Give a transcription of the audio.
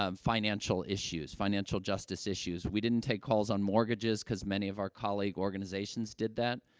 um financial issues, financial justice issues. we didn't take calls on mortgages because many of our colleague organizations did that,